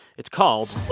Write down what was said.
it's called.